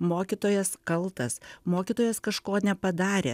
mokytojas kaltas mokytojas kažko nepadarė